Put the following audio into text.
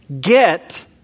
get